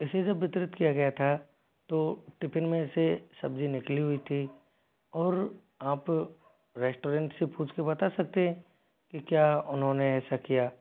इसी से वितरित किया गया था तो टिफिन में से सब्जी निकली हुई थी और आप रेस्टोरेंट से पूछ के बता सकते हैं कि क्या उन्होंने ऐसा किया